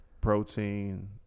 protein